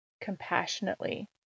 Compassionately